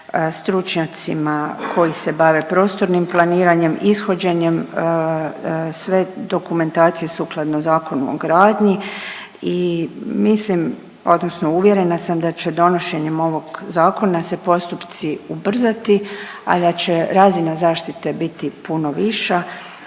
stručnjacima koji se bave prostornim planiranjem, ishođenjem sve dokumentacije sukladno Zakonu o gradnji i mislim odnosno uvjerena sam da će donošenjem ovog zakona se postupci ubrzati, a da će razina zaštite biti puno viša.